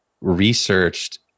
researched